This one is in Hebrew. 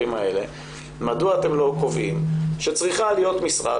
מדוע אתם לא קובעים שצריכה להיות משרה,